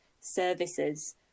services